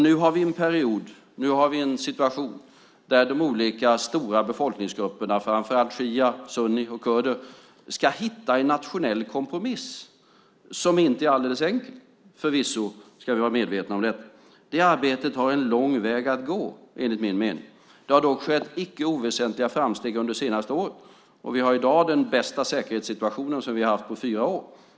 Nu har vi en period och en situation där de olika stora befolkningsgrupperna, framför allt shia, sunni och kurder, ska hitta en nationell kompromiss, som förvisso inte är alldeles enkel. Vi ska vara medvetna om detta. I det arbetet har man en lång väg att gå enligt min mening. Det har dock skett icke oväsentliga framsteg under de senaste åren. Vi har i dag den bästa säkerhetssituation som vi haft på fyra år.